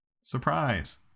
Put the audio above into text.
Surprise